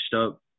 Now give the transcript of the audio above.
up